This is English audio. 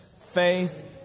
faith